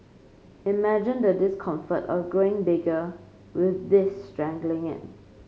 imagine the discomfort of growing bigger with this strangling it